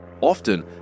often